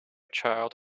child